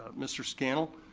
mr. scannell,